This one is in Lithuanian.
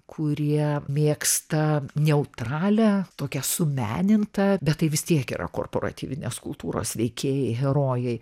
kurie mėgsta neutralią tokią sumenintą bet tai vis tiek yra korporatyvinės kultūros veikėjai herojai